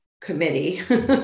committee